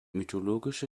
mythologische